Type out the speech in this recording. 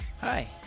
Hi